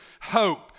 hope